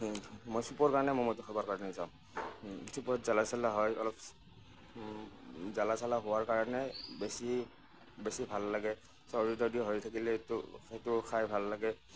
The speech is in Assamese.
মই চুপৰ কাৰণে ম'ম'টো খাবৰ কাৰণে যাওঁ চুপত জ্বালা চালা হয় অলপ জ্বালা চালা হোৱাৰ কাৰণে বেছি বেছি ভাল লাগে চৰ্দী টৰ্দী হৈ থাকিলে এইটো সেইটো খাই ভাল লাগে